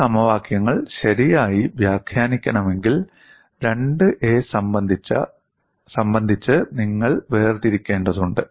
ഈ സമവാക്യങ്ങൾ ശരിയായി വ്യാഖ്യാനിക്കണമെങ്കിൽ 2a സംബന്ധിച്ച് നിങ്ങൾ വേർതിരിക്കേണ്ടതുണ്ട്